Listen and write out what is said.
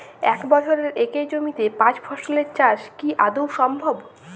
এক বছরে একই জমিতে পাঁচ ফসলের চাষ কি আদৌ সম্ভব?